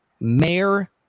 Mayor